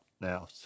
now